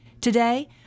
Today